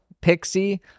Pixie